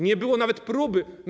Nie było nawet próby.